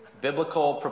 biblical